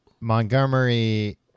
Montgomery